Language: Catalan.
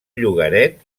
llogaret